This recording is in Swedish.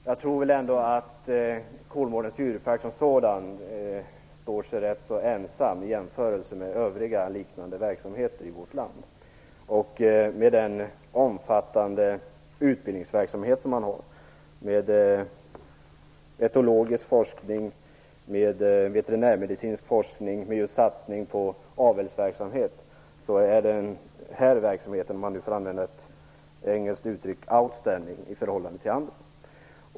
Fru talman! Jag tror att Kolmårdens djurpark som sådan står sig rätt väl i jämförelse med övriga liknande verksamheter i vårt land. Med sin omfattande utbildningsverksamhet, med sin etologiska forskning, med sin veterinärmedicinska forskning och med sin satsning på avelsverksamhet är Kolmårdens djurpark, om man nu får använda ett engelskt uttryck, outstanding i förhållande till andra.